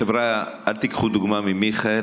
חבריא, אל תיקחו דוגמה ממיכאל.